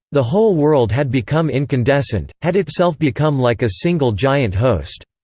the whole world had become incandescent, had itself become like a single giant host.